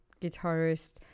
guitarist